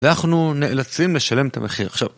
אנחנו נאלצים לשלם את המחיר עכשיו.